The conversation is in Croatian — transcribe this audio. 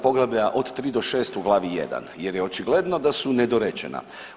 Poglavlja od 3 do 6 u Glavi 1, jer je očigledno da su nedorečena.